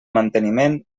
manteniment